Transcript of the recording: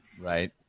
Right